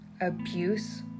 abuse